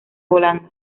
volando